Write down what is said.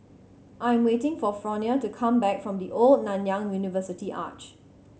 I'm waiting for Fronia to come back from The Old Nanyang University Arch